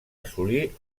assolir